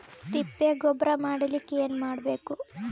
ತಿಪ್ಪೆ ಗೊಬ್ಬರ ಮಾಡಲಿಕ ಏನ್ ಮಾಡಬೇಕು?